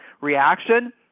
reaction